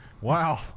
Wow